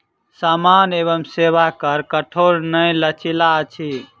सामान एवं सेवा कर कठोर नै लचीला अछि